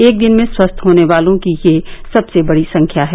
एक दिन में स्वस्थ होने वालों की यह सबसे बड़ी संख्या है